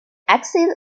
axial